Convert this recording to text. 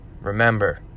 remember